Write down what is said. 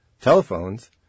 telephones